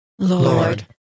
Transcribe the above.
Lord